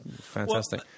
fantastic